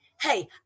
Hey